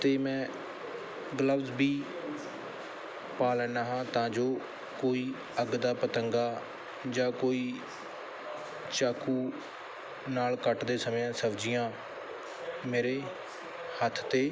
ਅਤੇ ਮੈਂ ਗਲਵਜ਼ ਵੀ ਪਾ ਲੈਂਦਾ ਹਾਂ ਤਾਂ ਜੋ ਕੋਈ ਅੱਗ ਦਾ ਪਤੰਗਾ ਜਾਂ ਕੋਈ ਚਾਕੂ ਨਾਲ ਕੱਟਦੇ ਸਮੇਂ ਸਬਜ਼ੀਆਂ ਮੇਰੇ ਹੱਥ 'ਤੇ